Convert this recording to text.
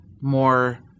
more